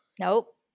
Nope